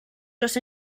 dros